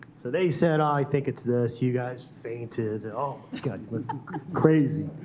so they said i think it's this. you guys fainted. oh god, crazy.